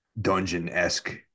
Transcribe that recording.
dungeon-esque